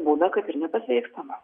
būna kad ir nepasveikstame